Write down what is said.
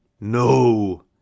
No